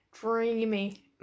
dreamy